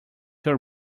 your